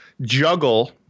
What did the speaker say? juggle